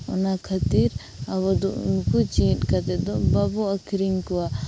ᱚᱱᱟ ᱠᱷᱟᱛᱤᱨ ᱟᱵᱚ ᱫᱚ ᱩᱱᱠᱩ ᱡᱮᱣᱮᱫ ᱠᱟᱛᱮ ᱫᱚ ᱵᱟᱵᱚ ᱟᱹᱠᱷᱨᱤᱧ ᱠᱚᱣᱟ